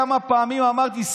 כמה פעמים אמרתי,